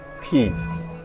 peace